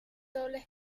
dobles